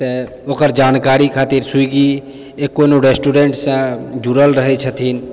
तऽ ओकर जानकारी खातिर स्विग्गी एक कोनो रेस्टरेन्टसँ जुड़ल रहै छथिन